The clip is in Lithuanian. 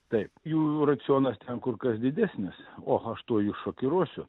taip jų racionas ten kur kas didesnis o aš tuoj jus šokiruosiu